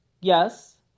yes